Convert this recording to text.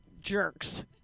jerks